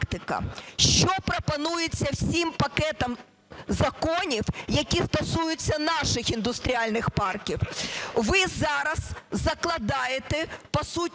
Що пропонується всім пакетом законів, які стосуються наших індустріальних парків?